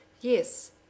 yes